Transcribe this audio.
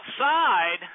outside